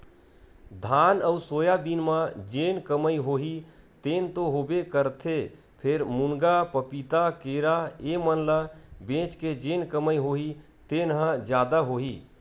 धान अउ सोयाबीन म जेन कमई होही तेन तो होबे करथे फेर, मुनगा, पपीता, केरा ए मन ल बेच के जेन कमई होही तेन ह जादा होही